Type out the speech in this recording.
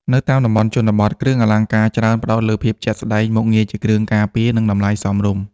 នៅតាមតំបន់ជនបទ គ្រឿងអលង្ការច្រើនផ្តោតលើភាពជាក់ស្តែង មុខងារជាគ្រឿងការពារ និងតម្លៃសមរម្យ។